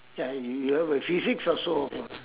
ya y~ you a physiques also of a